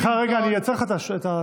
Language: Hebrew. סליחה, אני אעצור לך הזמן.